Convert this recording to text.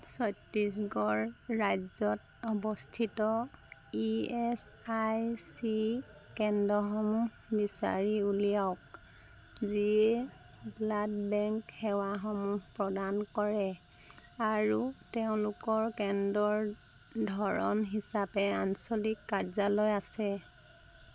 ছত্তীশগড় ৰাজ্যত অৱস্থিত E S I C কেন্দ্ৰসমূহ বিচাৰি উলিয়াওক যিয়ে ব্লাড বেংক সেৱাসমূহ প্ৰদান কৰে আৰু তেওঁলোকৰ কেন্দ্ৰৰ ধৰণ হিচাপে আঞ্চলিক কাৰ্যালয় আছে